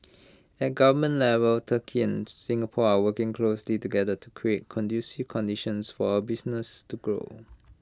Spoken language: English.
at government level turkey and Singapore are working closely together to create conducive conditions for our businesses to grow